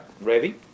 ready